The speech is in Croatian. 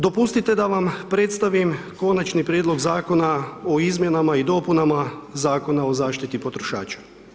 Dopustite da vam predstavom Konačni prijedlog Zakona o izmjenama i dopunama Zakona o zaštiti potrošača.